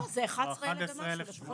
לא, זה 11,1000 ומשהו.